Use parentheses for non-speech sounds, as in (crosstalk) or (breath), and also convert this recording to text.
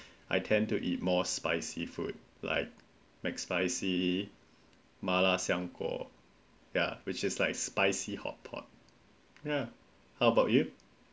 (breath) I tend to eat more spicy food like mac spicy (breath) 麻辣香锅 ya which is like spicy hot pot ya how about you